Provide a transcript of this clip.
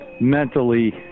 mentally